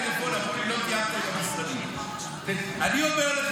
אני אומר,